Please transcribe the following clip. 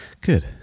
good